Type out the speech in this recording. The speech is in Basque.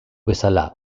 bezala